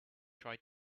try